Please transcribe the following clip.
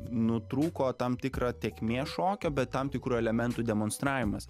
nutrūko tam tikrą tėkmė šokio bet tam tikrų elementų demonstravimas